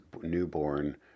newborn